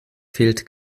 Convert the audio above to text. fehlt